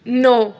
ਨੌਂ